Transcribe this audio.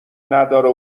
نداره